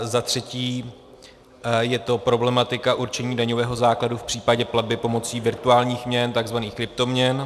Za třetí je to problematika určení daňového základu v případě platby pomocí virtuálních měn, tzv. kryptoměn.